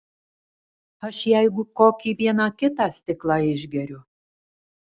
aš jeigu kokį vieną kitą stiklą išgeriu